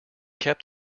kept